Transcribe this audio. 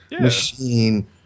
machine